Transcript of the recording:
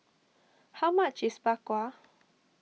how much is Bak Kwa